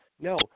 No